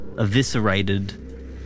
Eviscerated